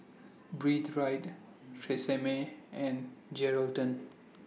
Breathe Right Tresemme and Geraldton